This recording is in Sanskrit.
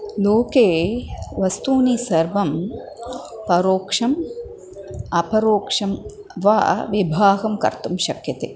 लोके वस्तूनां सर्वं परोक्षम् अपरोक्षं वा विभागं कर्तुं शक्यते